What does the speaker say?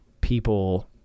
people